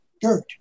Dirt